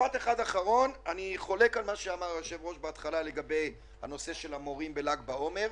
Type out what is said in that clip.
אני חולק על מה שאמר היושב-ראש לגבי הנושא של המורים בל"ג בעומר.